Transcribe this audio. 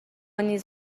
نیز